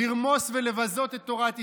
לרמוס ולבזות את תורת ישראל.